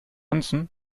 ganzen